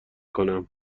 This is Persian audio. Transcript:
کنم